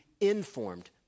informed